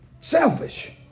Selfish